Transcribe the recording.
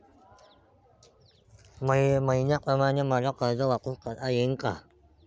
मईन्याप्रमाणं मले कर्ज वापिस करता येईन का?